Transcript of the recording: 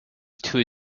two